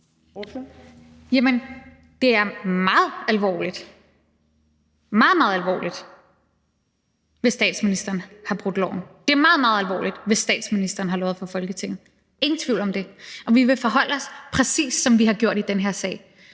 meget, meget alvorligt – hvis statsministeren har brudt loven. Det er meget, meget alvorligt, hvis statsministeren har løjet for Folketinget – ingen tvivl om det. Og vi vil forholde os præcis sådan, som vi har gjort i den her sag.